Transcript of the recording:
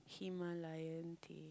Himalayan tea